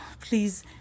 please